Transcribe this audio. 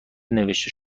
نوشته